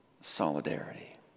solidarity